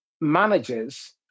managers